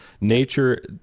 Nature